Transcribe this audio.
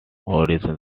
audiences